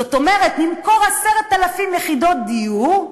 זאת אומרת, נמכור 10,000 יחידות דיור,